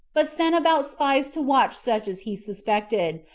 but sent about spies to watch such as he suspected,